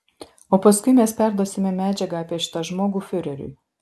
o paskui mes perduosime medžiagą apie šitą žmogų fiureriui